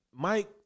Mike